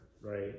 right